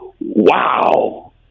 Wow